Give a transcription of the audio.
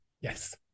Yes